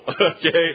Okay